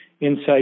Insight